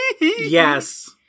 Yes